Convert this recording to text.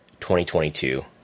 2022